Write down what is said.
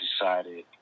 decided